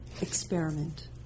experiment